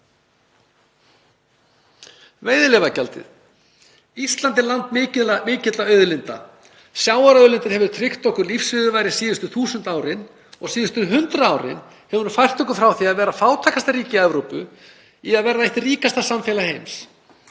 veiðigjaldið. Ísland er land mikilla auðlinda. Sjávarauðlindin hefur tryggt okkur lífsviðurværi síðustu þúsund árin, og síðustu hundrað árin hefur hún fært okkur frá því að vera fátækasta ríki Evrópu í að vera eitt ríkasta samfélag heims.